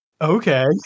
Okay